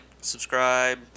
subscribe